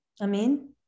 Amen